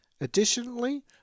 Additionally